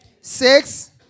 six